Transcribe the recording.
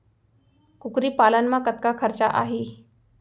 कुकरी पालन म कतका खरचा आही?